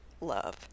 love